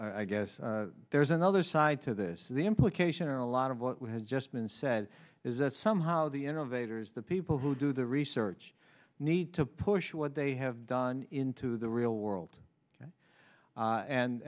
brief i guess there's another side to this the implication or a lot of what has just been said is that somehow the innovators the people who do the research need to push what they have done into the real world and